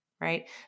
right